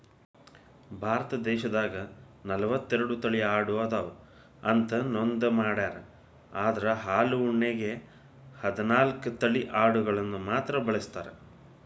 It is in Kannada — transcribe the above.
ಭಾರತ ದೇಶದಾಗ ನಲವತ್ತೆರಡು ತಳಿ ಆಡು ಅದಾವ ಅಂತ ನೋಂದ ಮಾಡ್ಯಾರ ಅದ್ರ ಹಾಲು ಉಣ್ಣೆಗೆ ಹದ್ನಾಲ್ಕ್ ತಳಿ ಅಡಗಳನ್ನ ಮಾತ್ರ ಬಳಸ್ತಾರ